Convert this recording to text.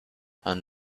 and